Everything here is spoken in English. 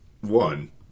one